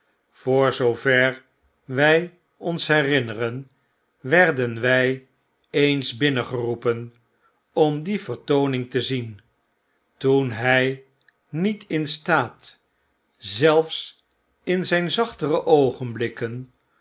voor zoover wy ons herinneren werden wy eens binnen geroepen om die vertooning te zien toen hy niet in staat zelfs in zyn zachtere